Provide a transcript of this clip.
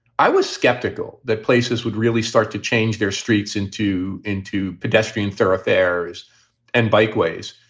i was skeptical that places would really start to change their streets into into pedestrian thoroughfares and bikeways,